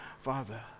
Father